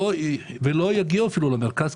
ולא יגיעו אפילו למרכז,